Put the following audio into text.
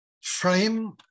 frame